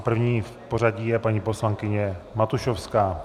První v pořadí je paní poslankyně Matušovská.